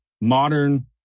modern